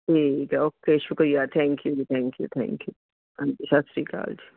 ਠੀਕ ਹੈ ਓਕੇ ਸ਼ੁਕਰੀਆ ਥੈਂਕਿਊ ਜੀ ਥੈਂਕਿਊ ਥੈਂਕਿਊ ਹਾਂਜੀ ਸਤਿ ਸ਼੍ਰੀ ਅਕਾਲ ਜੀ